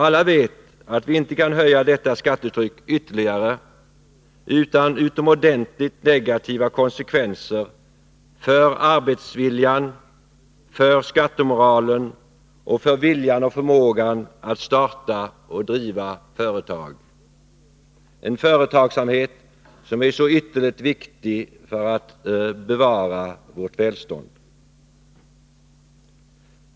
Alla vet att vi inte kan höja detta skattetryck ytterligare utan utomordentligt negativa konsekvenser för arbetsviljan, för skattemoralen och för viljan och förmågan att starta och driva företag — och företagsamheten är ju så ytterligt viktig för bevarandet av vårt välstånd.